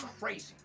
crazy